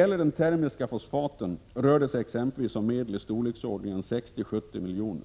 För den termiska fosfaten rör det sig exempelvis om medel storleksordningen 60-70 miljoner,